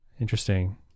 interesting